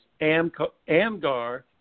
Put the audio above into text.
Amgar